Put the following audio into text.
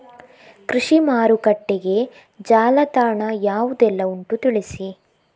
ಕೃಷಿ ಮಾರುಕಟ್ಟೆಗೆ ಜಾಲತಾಣ ಯಾವುದೆಲ್ಲ ಉಂಟು ತಿಳಿಸಿ